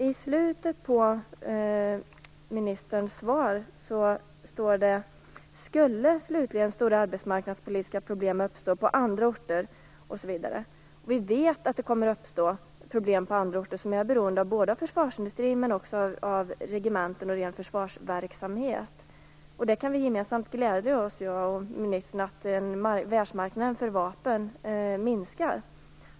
I slutet av ministerns svar står det: "Skulle slutligen stora arbetsmarknadspolitiska problem uppstå på andra orter...". Vi vet att det kommer att uppstå problem på andra orter som är beroende av försvarsindustrin, men också av regementen och av ren försvarsverksamhet. Vi kan gemensamt glädja oss åt, jag och ministern, att världsmarknaden för vapen minskar.